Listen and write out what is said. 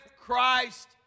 Christ